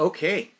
Okay